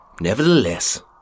Nevertheless